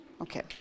Okay